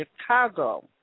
Chicago